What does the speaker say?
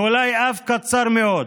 ואולי אף קצר מאוד,